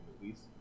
movies